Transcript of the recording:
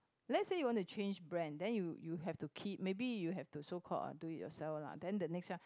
let's say you want to change brand then you you have to keep maybe you have to so called uh do it yourself lah then the next round